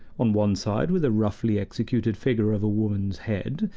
on one side with a roughly-executed figure of a woman's head,